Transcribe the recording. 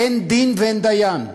אין דין ואין דיין.